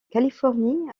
californie